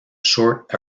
short